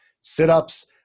sit-ups